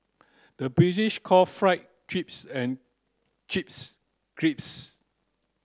the British call fry chips and chips crisps